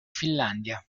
finlandia